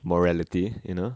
morality you know